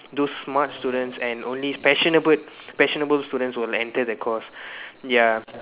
those smart students and only passionable passionable students will enter the course ya